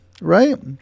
right